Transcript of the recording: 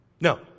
No